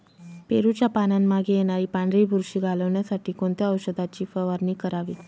पेरूच्या पानांमागे येणारी पांढरी बुरशी घालवण्यासाठी कोणत्या औषधाची फवारणी करावी?